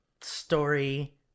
story